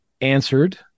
answered